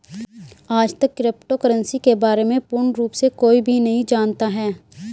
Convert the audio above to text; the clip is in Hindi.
आजतक क्रिप्टो करन्सी के बारे में पूर्ण रूप से कोई भी नहीं जानता है